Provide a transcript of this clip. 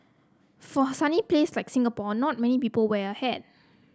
for a sunny place like Singapore not many people wear a hat